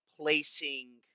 placing